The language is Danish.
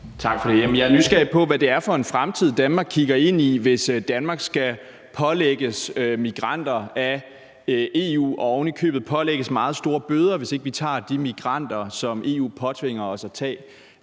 Tak for det. Jeg er nysgerrig på, hvad det er for en fremtid, Danmark kigger ind i, hvis Danmark skal pålægges migranter af EU og ovenikøbet pålægges meget store bøder, hvis ikke vi tager de migranter, som EU påtvinger os at tage.